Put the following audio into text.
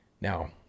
Now